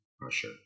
pressure